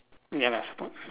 ya lah support